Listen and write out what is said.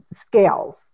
scales